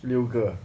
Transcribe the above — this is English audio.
六个